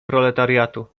proletariatu